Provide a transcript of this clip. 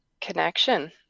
connection